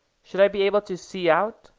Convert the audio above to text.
should i be able to see out?